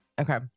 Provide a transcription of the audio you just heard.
okay